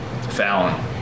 Fallon